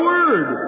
Word